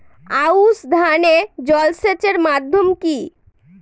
আউশ ধান এ জলসেচের মাধ্যম কি?